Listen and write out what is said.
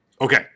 Okay